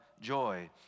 joy